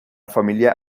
familia